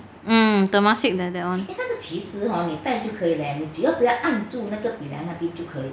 mm temasek 的 that [one]